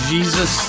Jesus